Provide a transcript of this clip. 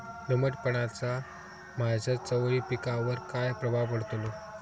दमटपणाचा माझ्या चवळी पिकावर काय प्रभाव पडतलो?